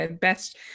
Best